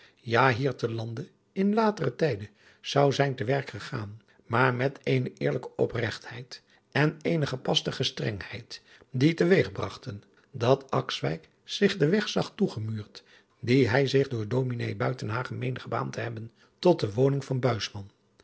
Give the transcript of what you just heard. ja hier te lande in latere tijden zou zijn te werk gegaan adriaan loosjes pzn het leven van hillegonda buisman maar met eene eerlijke opregtheid en eene gepaste gestrengheid die te weeg bragten dat akswijk zich den weg zag toegemuurd dien hij zich door ds buitenhagen meende gebaand te hebben tot de woning van